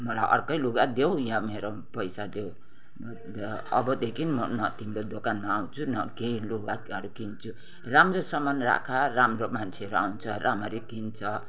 मलाई अर्कै लुगा देउ या मेरो पैसा देउ अबदेखिन् म न तिम्रो दोकानमा आउँछु न केइ लुगाहरू किन्छु राम्रो समान राख राम्रो मान्छेहरू आउँछ रामरी किन्छ